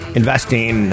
investing